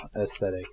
aesthetic